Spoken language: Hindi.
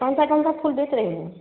कौन सा कौन सा फूल बेच रहे हैं